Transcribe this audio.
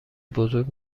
بزرگ